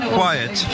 quiet